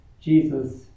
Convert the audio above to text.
Jesus